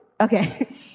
Okay